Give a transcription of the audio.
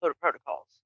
protocols